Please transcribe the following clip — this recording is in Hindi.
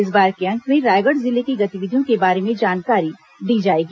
इस बार के अंक में रायगढ़ जिले की गतिविधियों के बारे में जानकारी दी जाएगी